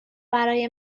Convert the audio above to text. برای